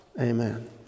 Amen